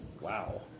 wow